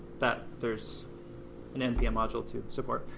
that there's an npm module to support,